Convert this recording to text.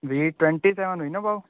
V twenty seven हुई न भाउ